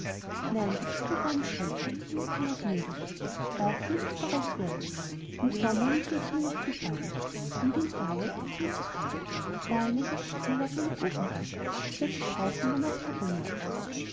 nein das ist mir gar nicht recht sagte der nikolaus mürrisch da kann nichts draus werden im sommer ließe ich's mir noch gefallen im winter aber ist's mir zu kalt da lege ich mich lieber auf meine ofenbank als daß ich draußen in der nacht herumlaufe